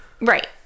right